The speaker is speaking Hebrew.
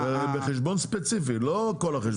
בחשבון ספציפי, לא בכל החשבונות.